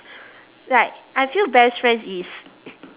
like I feel best friends is